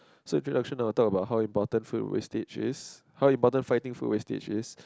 so deduction will talk about how important food wastage is how important fighting food wastage is